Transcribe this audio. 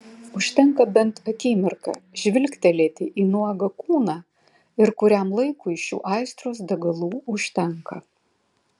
užtenka bent akimirką žvilgtelėti į nuogą kūną ir kuriam laikui šių aistros degalų užtenka